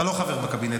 אתה לא חבר בקבינט,